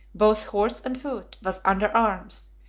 both horse and foot, was under arms,